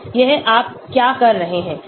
यह आप क्या कर रहे हैं